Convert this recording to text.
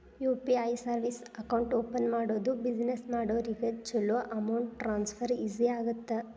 UPI service account open ಮಾಡೋದು business ಮಾಡೋರಿಗ ಚೊಲೋ ಅಮೌಂಟ್ ಟ್ರಾನ್ಸ್ಫರ್ ಈಜಿ ಆಗತ್ತ